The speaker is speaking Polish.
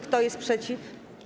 Kto jest przeciw?